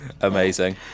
Amazing